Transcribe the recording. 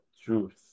truth